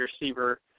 receiver